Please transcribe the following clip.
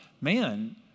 man